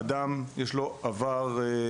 לשאלה האם לאותו אדם יש או אין עבר פלילי.